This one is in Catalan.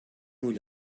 ull